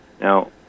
Now